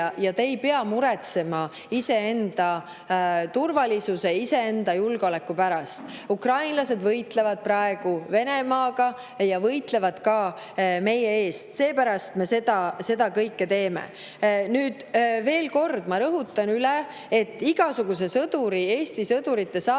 ja te ei pea muretsema iseenda turvalisuse, iseenda julgeoleku pärast. Ukrainlased võitlevad praegu Venemaaga ja võitlevad ka meie eest. Seepärast me seda kõike teeme. Nüüd, veel kord, ma rõhutan üle, et igasuguse Eesti sõdurite saatmise